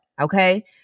Okay